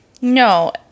No